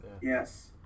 Yes